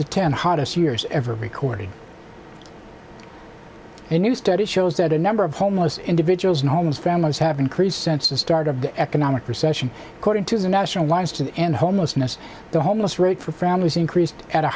the ten hottest years ever recorded a new study shows that a number of homeless individuals and homes families have increased sense of start of the economic recession according to the national alliance to end homelessness the homeless rate for families increased at a